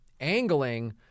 angling